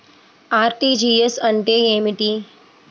RTGS అంటే ఏమిటి?